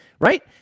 right